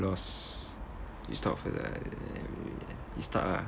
loss you start first ah you start ah